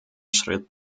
schritt